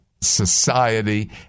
society